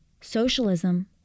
Socialism